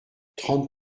trente